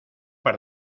par